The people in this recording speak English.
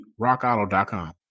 rockauto.com